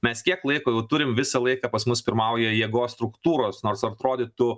mes kiek laiko jau turim visą laiką pas mus pirmauja jėgos struktūros nors artrodytų